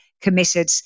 committed